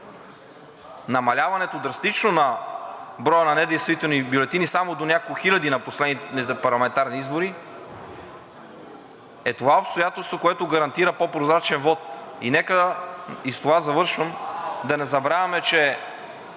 намаляване на броя на недействителните бюлетини само до няколко хиляди на последните парламентарни избори е това обстоятелство, което гарантира по-прозрачен вот. Нека, и с това завършвам, да не забравяме, че